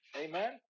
Amen